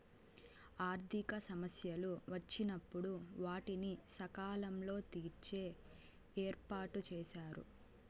ఆర్థిక సమస్యలు వచ్చినప్పుడు వాటిని సకాలంలో తీర్చే ఏర్పాటుచేశారు